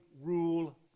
rule